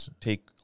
take